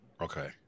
Okay